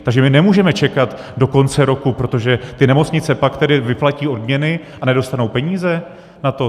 Takže my nemůžeme čekat do konce roku, protože ty nemocnice pak vyplatí odměny a nedostanou peníze na to?